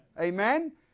Amen